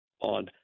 on